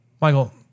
Michael